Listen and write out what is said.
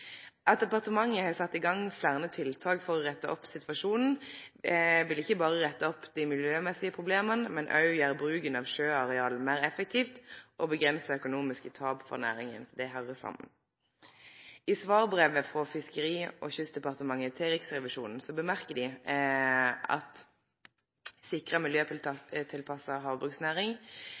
At departementet har sett i gang fleire tiltak for å rette opp situasjonen, vil ikkje berre rette opp dei miljømessige problema, men òg gjere bruken av sjøareala meir effektiv og avgrense økonomiske tap for næringa. Det høyrer saman. I svarbrevet frå Fiskeri- og kystdepartementet til Riksrevisjonen seier dei at sikra miljøtilpassa havbruksnæring,